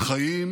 חיים